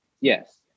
yes